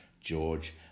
George